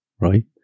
right